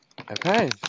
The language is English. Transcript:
okay